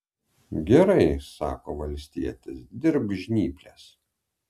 gerai sako valstietis dirbk žnyples